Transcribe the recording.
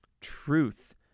truth